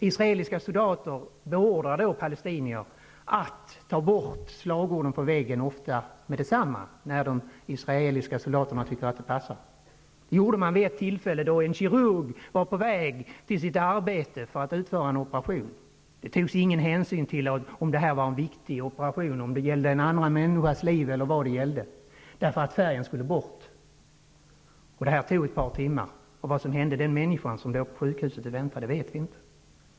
Israeliska soldater beordrar då palestinier att ta bort slagorden, ofta med detsamma när de israeliska soldaterna tycker det passar. Det gjorde man vid ett tillfälle då en kirurg var på väg till sitt arbete för att utföra en operation. Det togs ingen hänsyn till om det var en viktig operation, om det eventuellt gällde en annan människas liv. Färgen skulle bort. Det tog ett par timmar. Vad som hände med den människa som låg på sjukhuset och väntade vet vi inte.